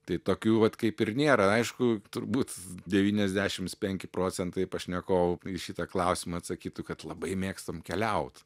tai tokių vat kaip ir nėra aišku turbūt devyniasdešims penki procentai pašnekovų į šitą klausimą atsakytų kad labai mėgstam keliaut